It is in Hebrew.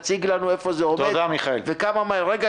תציג לנו איפה זה עומד וכמה מהר.